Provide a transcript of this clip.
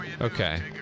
Okay